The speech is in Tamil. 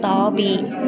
தாவி